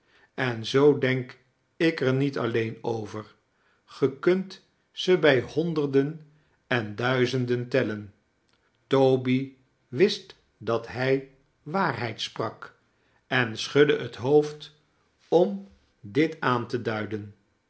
en zoo denk ik er niet alleen over ge kunt ze bij honderden en duizenden tellen toby wist dat hij waarheid sprak en schudde het hoofd om dit aan te duiden